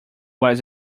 was